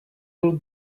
will